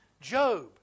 Job